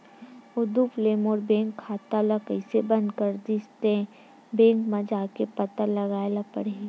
उदुप ले मोर बैंक खाता ल कइसे बंद कर दिस ते, बैंक म जाके पता लगाए ल परही